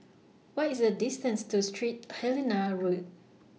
What IS The distance to Street Helena Road